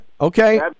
okay